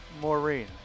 Maureen